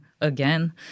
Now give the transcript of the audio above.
again